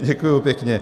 Děkuji pěkně.